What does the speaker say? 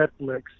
Netflix